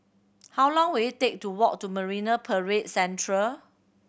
how long will it take to walk to Marine Parade Central